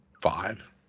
five